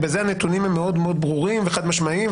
בזה הנתונים מאוד מאוד ברורים וחד-משמעיים.